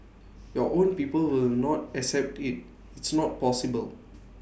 your own people will not accept IT it's not possible